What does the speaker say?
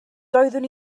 doeddwn